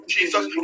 Jesus